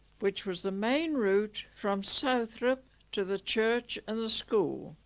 which was the main route from southrop to the church and the school